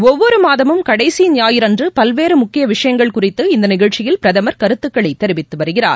ஒவ்வொரு மாதமும் கடைசி ஞாயிறன்று பல்வேறு முக்கிய விஷயங்கள் குறித்து இந்த நிகழ்ச்சியில் பிரதமர் கருத்துகளை தெரிவித்து வருகிறார்